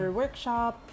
workshop